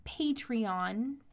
Patreon